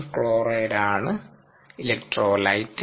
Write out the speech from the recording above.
KCl ആണ് electrolyte